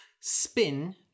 Spin